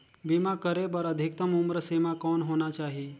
बीमा करे बर अधिकतम उम्र सीमा कौन होना चाही?